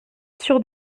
sur